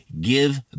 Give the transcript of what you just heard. give